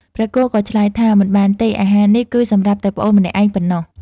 ព្រះគោក៏ឆ្លើយថា មិនបានទេ អាហារនេះគឺសម្រាប់តែប្អូនម្នាក់ឯងប៉ុណ្ណោះ។